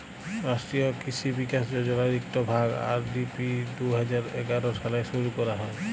রাষ্ট্রীয় কিসি বিকাশ যজলার ইকট ভাগ, আর.এ.ডি.পি দু হাজার এগার সালে শুরু ক্যরা হ্যয়